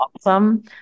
awesome